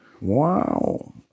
wow